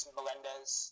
Melendez